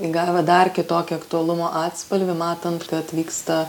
įgavę dar kitokį aktualumo atspalvį matant kad vyksta